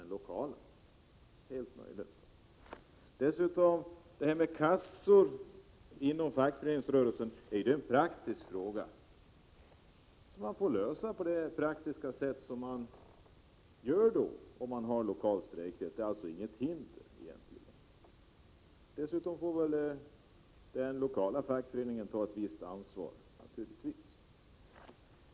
Det är helt möjligt. Det här med kassorna inom fackföreningsrörelsen är en praktisk fråga. Man får lösa det på ett praktiskt sätt vid utövande av lokal strejkrätt. Det finns egentligen inget hinder. Naturligtvis får den lokala fackföreningen ta ett visst ansvar.